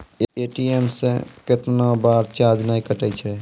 ATM से कैतना बार चार्ज नैय कटै छै?